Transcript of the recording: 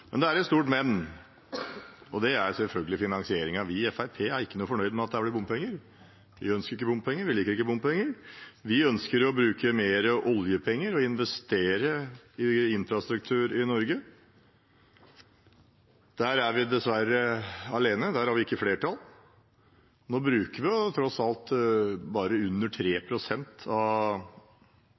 men, og det er selvfølgelig finansieringen. Vi i Fremskrittspartiet er ikke fornøyd med at det blir bompenger. Vi ønsker ikke bompenger, vi liker ikke bompenger. Vi ønsker å bruke mer oljepenger og investere i infrastruktur i Norge. Der er vi dessverre alene. Der har vi ikke flertall. Nå bruker vi tross alt bare under 3 pst. av